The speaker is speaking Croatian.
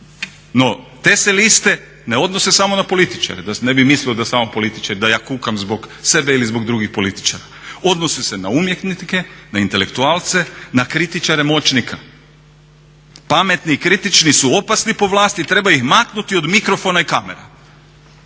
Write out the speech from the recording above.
No, te se liste ne odnose samo na političare, da ne bi mislili da samo političari, da ja kukam zbog sebe ili zbog drugih političara. Odnosi se na umjetnike, na intelektualce, na kritičare moćnika. Pametni i kritični su opasni po vlast i treba ih maknuti od mikrofona i kamera.